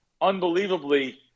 unbelievably